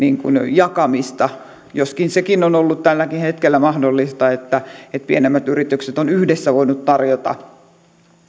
jakamista joskin sekin on ollut tälläkin hetkellä mahdollista että pienemmät yritykset ovat yhdessä voineet tarjota